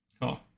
Cool